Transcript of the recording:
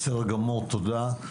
בסדר גמור, תודה.